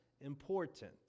important